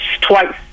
twice